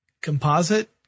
composite